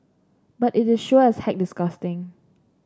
but it is sure as heck disgusting